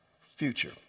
future